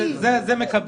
הוא מקבל,